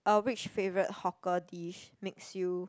uh which favourite hawker dish makes you